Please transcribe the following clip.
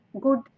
good